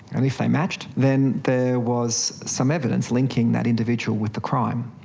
and if they matched, then there was some evidence linking that individual with the crime,